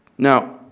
Now